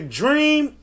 dream